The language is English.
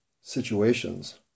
situations